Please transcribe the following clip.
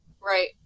Right